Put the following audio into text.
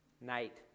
Night